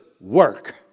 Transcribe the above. work